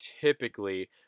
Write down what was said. typically